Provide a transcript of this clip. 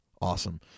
awesome